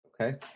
Okay